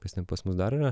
kas ten pas mus dar yra